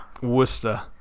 Worcester